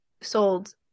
sold